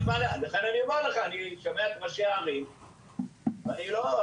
לכן אני אומר לך שאני שומע את ראשי הערים ואני לא...